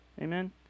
Amen